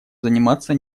заниматься